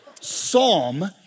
Psalm